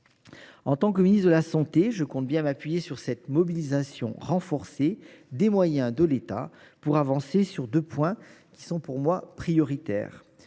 En tant que ministre de la santé, je compte m’appuyer sur cette mobilisation renforcée des moyens de l’État pour avancer sur deux points prioritaires.